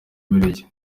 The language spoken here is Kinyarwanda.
bubiligi